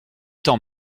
temps